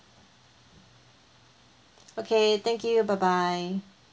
okay thank you bye bye